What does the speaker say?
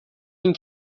این